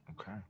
Okay